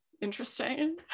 interesting